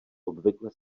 obvykle